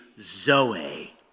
Zoe